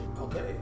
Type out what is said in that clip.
Okay